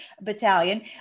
battalion